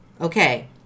okay